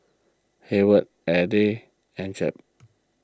Hayward Elgie and Jep